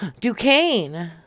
Duquesne